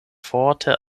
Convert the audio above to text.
forte